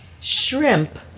shrimp